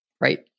Right